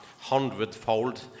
hundredfold